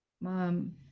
Mom